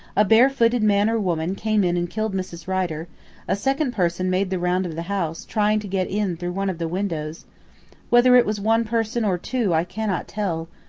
a bare-footed man or woman came in and killed mrs. rider a second person made the round of the house, trying to get in through one of the windows whether it was one person or two i cannot tell,